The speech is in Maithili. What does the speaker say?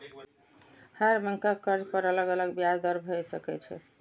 हर बैंकक कर्ज पर अलग अलग ब्याज दर भए सकै छै